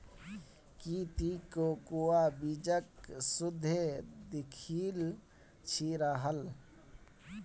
की ती कोकोआ बीजक सुंघे दखिल छि राहल